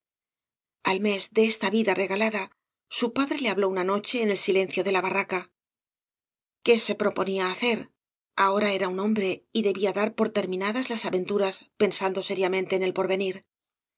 al mes de esta vida regalada su padre le habló una noche en el silencio de la barraca qié se proponía hacer ahora era un hombre y debía dar por terminadas las aventuras pensando seriamente en el porvenir